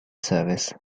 service